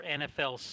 nfl